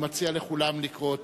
אני מציע לכולם לקרוא אותו.